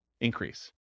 increase